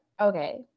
okay